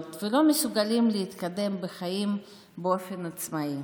ולא מסוגלים להתקדם בחיים באופן עצמאי